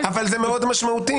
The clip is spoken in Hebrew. אבל זה מאוד משמעותי.